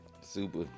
Super